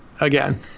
again